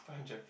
five hundred